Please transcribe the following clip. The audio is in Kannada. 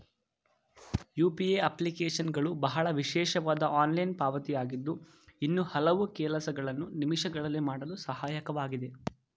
ಯು.ಪಿ.ಎ ಅಪ್ಲಿಕೇಶನ್ಗಳು ಬಹಳ ವಿಶೇಷವಾದ ಆನ್ಲೈನ್ ಪಾವತಿ ಆಗಿದ್ದು ಇನ್ನೂ ಹಲವು ಕೆಲಸಗಳನ್ನು ನಿಮಿಷಗಳಲ್ಲಿ ಮಾಡಲು ಸಹಾಯಕವಾಗಿದೆ